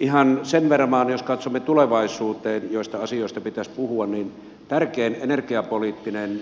ihan sen verran vain jos katsomme tulevaisuuteen mistä asioita pitäisi puhua niin tärkein energiapoliittinen